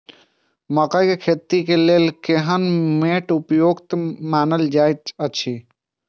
मकैय के खेती के लेल केहन मैट उपयुक्त मानल जाति अछि?